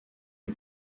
est